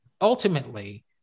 Ultimately